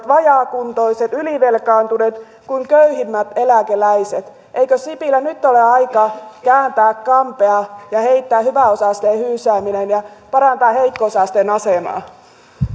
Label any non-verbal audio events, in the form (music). (unintelligible) vajaakuntoiset ylivelkaantuneet kuin köyhimmät eläkeläiset eikö sipilä nyt ole aika kääntää kampea ja heittää hyväosaisten hyysääminen ja parantaa heikko osaisten asemaa